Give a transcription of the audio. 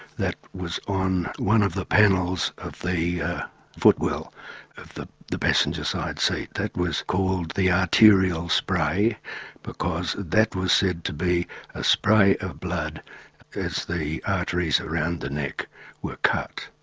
that was on one of the panels of the footwell of the the passenger side seat. that was called the arterial spray because that was said to be a spray of blood as the arteries around the neck were cut.